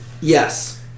Yes